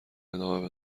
ادامه